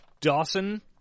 Dawson